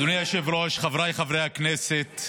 אדוני היושב-ראש, חבריי חברי הכנסת,